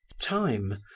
time